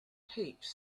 heaps